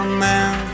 man